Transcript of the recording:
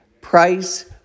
price